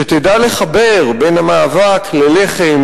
שתדע לחבר בין המאבק ללחם,